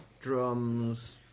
drums